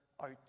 out